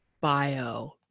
bio